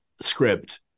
script